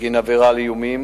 בגין עבירה של איומים,